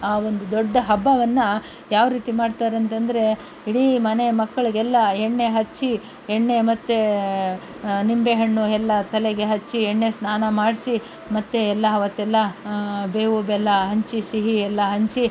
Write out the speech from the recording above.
ಆ ಒಂದು ದೊಡ್ಡ ಹಬ್ಬವನ್ನು ಯಾವ ರೀತಿ ಮಾಡ್ತಾರೆ ಅಂತಂದ್ರೆ ಇಡೀ ಮನೆ ಮಕ್ಳಿಗೆಲ್ಲ ಎಣ್ಣೆ ಹಚ್ಚಿ ಎಣ್ಣೆ ಮತ್ತೆ ನಿಂಬೆ ಹಣ್ಣು ಎಲ್ಲ ತಲೆಗೆ ಹಚ್ಚಿ ಎಣ್ಣೆ ಸ್ನಾನ ಮಾಡಿಸಿ ಮತ್ತೆ ಎಲ್ಲ ಆವತ್ತೆಲ್ಲ ಬೇವು ಬೆಲ್ಲ ಹಂಚಿ ಸಿಹಿ ಎಲ್ಲ ಹಂಚಿ